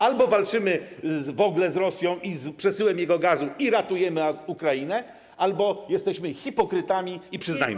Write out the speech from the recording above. Albo walczymy w ogóle z Rosją i z przesyłem jej gazu, i ratujemy Ukrainę, albo jesteśmy hipokrytami i przyznajmy to.